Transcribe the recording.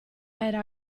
era